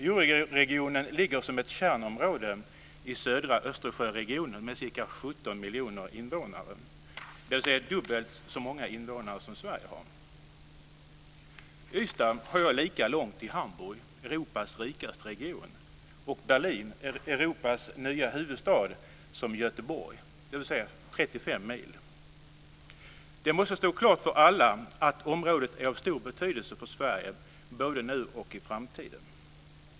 Euroregionen ligger som ett kärnområde i södra dubbelt så många invånare som Sverige har. I Ystad har jag lika långt till Hamburg - Europas rikaste region - och Berlin - Europas nya huvudstad - som till Göteborg, dvs. 35 mil. Det måste stå klart för alla att området är av stor betydelse för Sverige både nu och i framtiden.